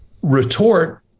retort